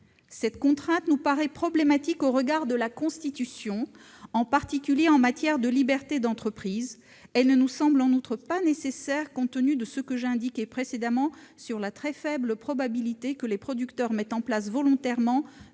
Cette contrainte nous paraît problématique au regard de la Constitution, particulièrement en ce qui concerne la liberté d'entreprise. Elle ne nous semble en outre pas nécessaire compte tenu de ce que j'ai indiqué précédemment sur la très faible probabilité que les producteurs mettent en place volontairement